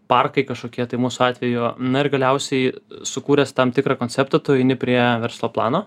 parkai kažkokie tai mūsų atveju na ir galiausiai sukūręs tam tikrą konceptą tu eini prie verslo plano